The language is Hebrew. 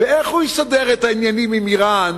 איך הוא יסדר את העניינים עם אירן